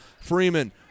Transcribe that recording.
Freeman